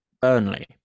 Burnley